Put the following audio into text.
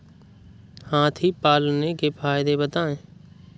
हाथी पालने के फायदे बताए?